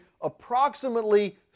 approximately